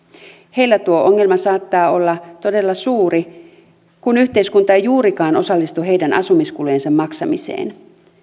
heillä tuo ongelma saattaa olla todella suuri kun yhteiskunta ei juurikaan osallistu heidän asumiskulujensa maksamiseen